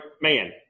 man